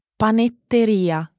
panetteria